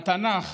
התנ"ך